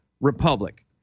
republic